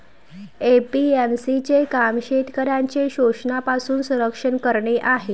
APMC चे काम शेतकऱ्यांचे शोषणापासून संरक्षण करणे आहे